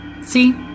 See